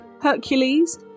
Hercules